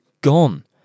gone